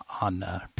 on